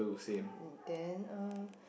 and then uh